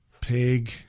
Pig